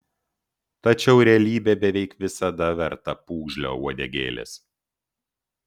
tačiau realybė beveik visada verta pūgžlio uodegėlės